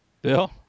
Bill